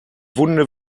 wunde